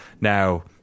now